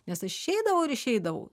nes aš išeidavau ir išeidavau